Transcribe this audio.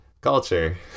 culture